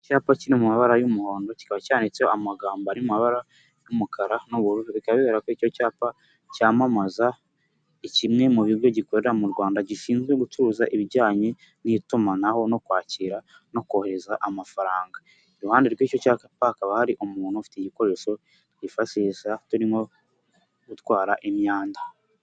Icyapa kiri mu mabara y'umuhondo kikaba cyanditse amagambo ari mabara y'umukara n'ubururu bika bigaragara ko icyo cyapa cyamamaza kimwe mu bigo gikorera mu Rwanda gishinzwe gucuruza ibijyanye n'itumanaho no kwakira no kohereza amafaranga iruhande rw'icyo cyakapa hakaba hari umuntu ufite igikoresho twifashisha turimo gutwara imyanda.